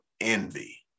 envy